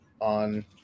On